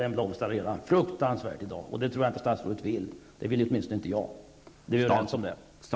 Den blomstrar redan i dag alldeles fruktansvärt, och det tror jag inte att statsrådet vill. Det vill åtminstone inte jag. Vi är väl överens om detta?